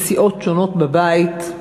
מסיעות שונות בבית,